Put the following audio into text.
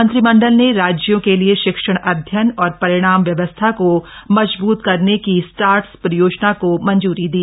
मंत्रिमंडल ने राज्यों के लिए शिक्षण अध्ययन और परिणाम व्यवस्था को मजबूत करने की स्टार्स परियोजना को मंजूरी दी